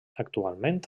actualment